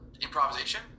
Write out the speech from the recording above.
improvisation